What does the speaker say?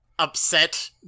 upset